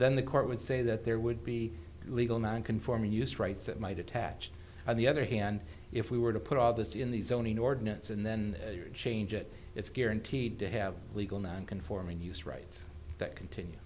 then the court would say that there would be legal non conforming use rights that might attach on the other hand if we were to put all this in the zoning ordinance and then change it it's guaranteed to have legal non conforming use rights that continue